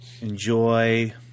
enjoy